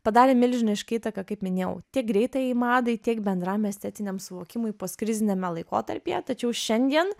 padarė milžinišką įtaką kaip minėjau tiek greitajai madai tiek bendram estetiniam suvokimui postkriziniame laikotarpyje tačiau šiandien